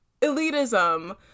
elitism